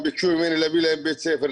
ביקשו ממני להביא להם בית ספר.